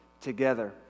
together